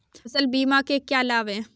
फसल बीमा के क्या लाभ हैं?